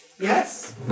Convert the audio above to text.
Yes